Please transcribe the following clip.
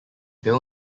bill